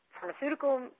pharmaceutical